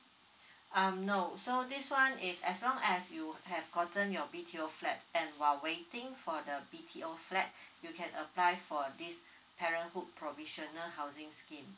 um no so this one is as long as you have gotten your B_T_O flat and while waiting for the B_T_O flat you can apply for this parenthood provisional housing scheme